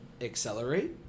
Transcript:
Accelerate